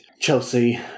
Chelsea